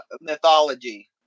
mythology